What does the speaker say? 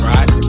Right